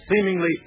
seemingly